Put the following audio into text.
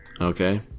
Okay